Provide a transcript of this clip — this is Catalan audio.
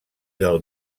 del